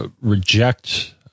reject